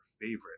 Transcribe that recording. favorite